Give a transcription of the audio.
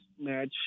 match